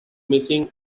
missing